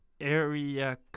Area